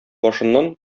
башыннан